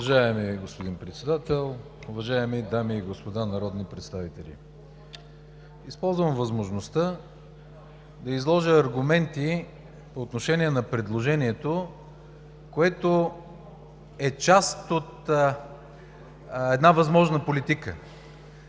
Уважаеми господин Председател, уважаеми дами и господа народни представители! Използвам възможността да изложа аргументи по отношение на предложението, което е част от една възможна политика